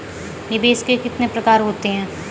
निवेश के कितने प्रकार होते हैं?